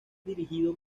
dirigido